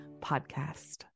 Podcast